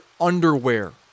underwear